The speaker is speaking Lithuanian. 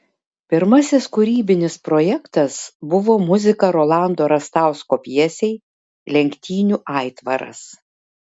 pirmasis kūrybinis projektas buvo muzika rolando rastausko pjesei lenktynių aitvaras